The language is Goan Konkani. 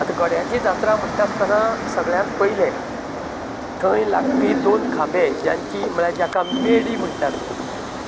आतां गड्यांची जात्रा म्हणटा आसतना सगळ्यांत पयलें थंय लागपी दोन खांबें ज्यांची म्हळ्यार जाका आमी मेडी म्हणटात